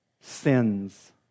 sins